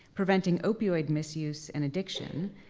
preventing opioid misuse and addiction,